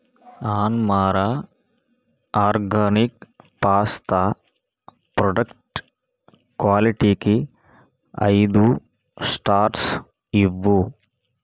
ఆన్మారా organic pasta product quality కి ఐదు stars ఇవ్వు